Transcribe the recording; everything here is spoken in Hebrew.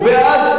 הוא בעד,